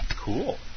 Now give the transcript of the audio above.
Cool